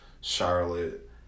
Charlotte